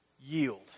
yield